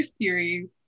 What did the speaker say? series